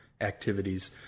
activities